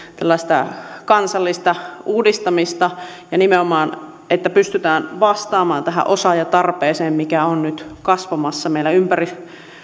tällaista kansallista uudistamista ja nimenomaan niin että pystytään vastaamaan tähän osaajatarpeeseen mikä on nyt kasvamassa meillä ympäri